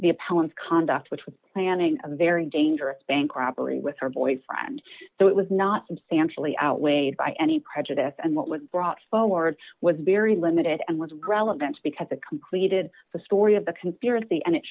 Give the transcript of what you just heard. appellant's conduct which was planning a very dangerous bank robbery with her boyfriend so it was not substantially outweighed by any prejudice and what was brought forward was barry limited and was grell events because the completed the story of the conspiracy and it